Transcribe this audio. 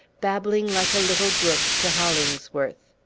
babbling like a little brook to hollingsworth.